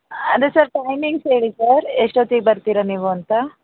ಅದೆ sir timings ಹೇಳಿ sir ಎಷ್ಟೊತ್ತಿಗೆ ಬರ್ತೀರ ನೀವು ಅಂತ